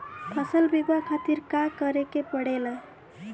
फसल बीमा खातिर का करे के पड़ेला?